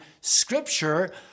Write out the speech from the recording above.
scripture